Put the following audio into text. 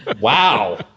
Wow